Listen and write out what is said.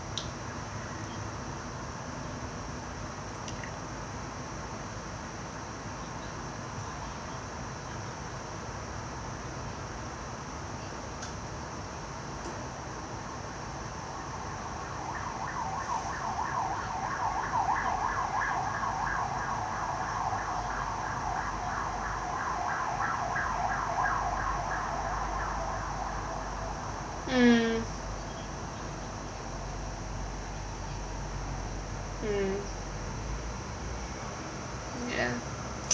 mm mm ya